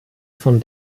von